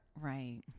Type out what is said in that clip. right